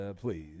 please